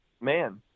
man